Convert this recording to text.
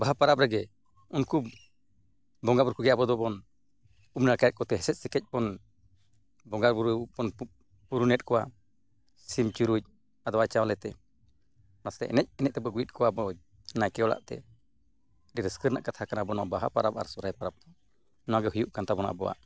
ᱵᱟᱦᱟ ᱯᱚᱨᱚᱵᱽ ᱨᱮᱜᱮ ᱩᱱᱠᱩ ᱵᱚᱸᱜᱟᱼᱵᱩᱨᱩ ᱠᱚᱜᱮ ᱟᱵᱚ ᱫᱚᱵᱚᱱ ᱩᱢ ᱱᱟᱲᱠᱟᱭᱮᱫ ᱠᱚᱛᱮ ᱦᱮᱸᱥᱮᱡ ᱥᱮᱠᱮᱡ ᱵᱚᱱ ᱵᱚᱸᱜᱟᱼᱵᱩᱨᱩ ᱵᱚᱱ ᱯᱩᱨᱩᱱᱮᱫ ᱠᱚᱣᱟ ᱥᱤᱢ ᱪᱩᱨᱩᱡ ᱟᱫᱽᱣᱟ ᱪᱟᱣᱞᱮᱛᱮ ᱢᱟᱥᱮ ᱮᱱᱮᱡ ᱮᱱᱮᱡ ᱛᱮᱵᱚᱱ ᱟᱹᱜᱩᱭᱮᱫ ᱠᱚᱣᱟ ᱟᱵᱚ ᱱᱟᱭᱠᱮ ᱚᱲᱟᱜ ᱛᱮ ᱟᱹᱰᱤ ᱨᱟᱹᱥᱠᱟᱹ ᱨᱮᱱᱟᱜ ᱠᱟᱛᱷᱟ ᱠᱟᱱᱟ ᱟᱵᱚ ᱱᱚᱣᱟ ᱵᱟᱦᱟ ᱯᱚᱨᱚᱵᱽ ᱟᱨ ᱥᱚᱦᱚᱨᱟᱭ ᱯᱚᱨᱚᱵᱽ ᱚᱱᱟᱜᱮ ᱦᱩᱭᱩᱜ ᱠᱟᱱ ᱛᱟᱵᱚᱱᱟ ᱟᱵᱚᱣᱟᱜ